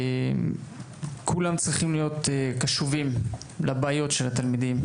כולם צריכים להיות קשובים לבעיות התלמידים,